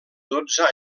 dotze